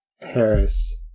Harris